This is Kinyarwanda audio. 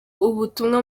ubutumwa